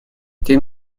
тем